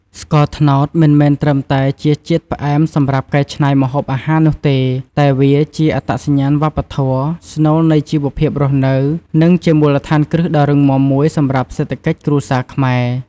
ស្ករត្នោត មិនមែនត្រឹមតែជាជាតិផ្អែមសម្រាប់កែច្នៃម្ហូបអាហារនោះទេ តែវាជាអត្តសញ្ញាណវប្បធម៌ ស្នូលនៃជីវភាពរស់នៅ និងជាមូលដ្ឋានគ្រឹះដ៏រឹងមាំមួយសម្រាប់សេដ្ឋកិច្ចគ្រួសារខ្មែរ។